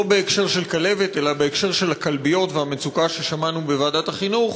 לא בהקשר של כלבת אלא בהקשר של הכלביות והמצוקה ששמענו בוועדת החינוך,